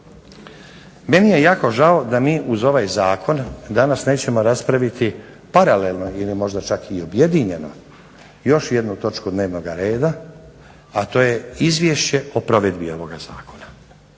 Meni je jako žao da mi uz ovaj zakon danas nećemo raspraviti paralelno ili čak možda objedinjeno još jednu točku dnevnog reda, a to je Izvješće o provedbi ovoga zakona.